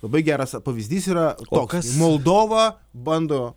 labai geras pavyzdys yra o kas moldovą bando